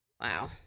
Wow